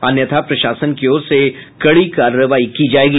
अन्यथा प्रशासन की ओर से कड़ी कार्रवाई की जायेगी